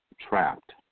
trapped